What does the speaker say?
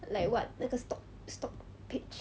like what 那个 stock stock pitch